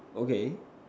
okay